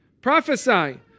Prophesy